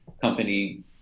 company